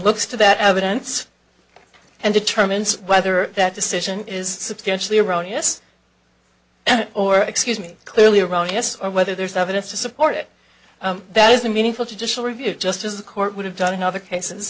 looks to that evidence and determines whether that decision is substantially erroneous and or excuse me clearly erroneous or whether there's evidence to support it that is a meaningful judicial review just as the court would have done in other cases